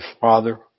Father